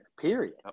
period